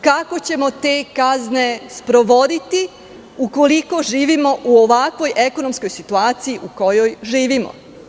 Kako ćemo te kazne sprovoditi ukoliko živimo u ovakvoj ekonomskoj situaciji u kojoj živimo?